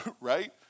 Right